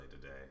today